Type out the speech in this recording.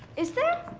is there?